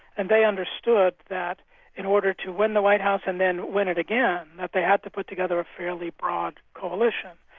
and they understood that in order to win the white house and then win it again, that they had to put together a fairly broad coalition.